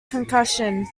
concussion